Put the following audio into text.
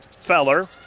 Feller